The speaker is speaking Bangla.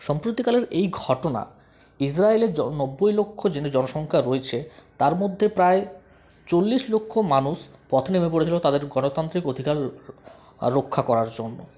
সম্প্রতিকালের এই ঘটনা ইজরায়েলের নব্বই লক্ষ জনসংখ্যা রয়েছে তার মধ্যে প্রায় চল্লিশ লক্ষ মানুষ পথে নেমে পড়েছিলো তাদের গণতান্ত্রিক অধিকার রক্ষা করার জন্য